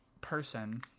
person